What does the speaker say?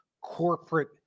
corporate